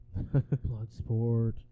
Bloodsport